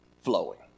flowing